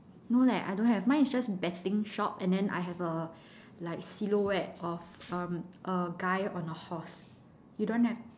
no leh I don't have mine is just betting shop and then I have a like silhouette of um a guy on a horse you don't have